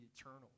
eternal